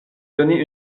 donné